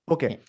Okay